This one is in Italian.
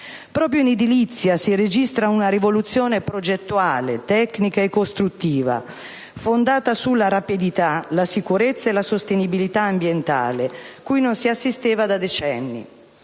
Proprio in edilizia si registra una rivoluzione progettuale, tecnica e costruttiva, fondata sulla rapidità, la sicurezza e la sostenibilità ambientale, cui non si assisteva da decenni.